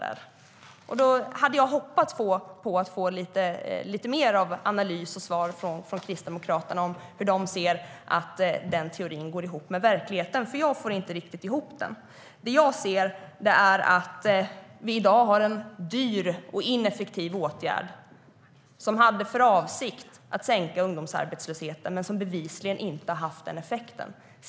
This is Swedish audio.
Jag hade hoppats att få lite mer av analys och svar från Kristdemokraterna i fråga om hur de ser att den teorin går ihop med verkligheten, för jag får inte riktigt ihop det. Det jag ser är att vi i dag har en dyr och ineffektiv åtgärd som hade avsikten att sänka ungdomsarbetslösheten men som bevisligen inte har haft den effekten.